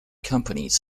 companies